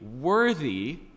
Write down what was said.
worthy